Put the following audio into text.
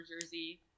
Jersey